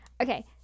Okay